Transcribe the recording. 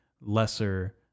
lesser